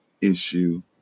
issue